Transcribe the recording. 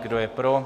Kdo je pro?